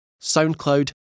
SoundCloud